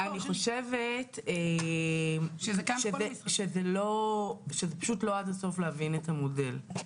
אני חושבת שזה להבין את המודל לא עד הסוף.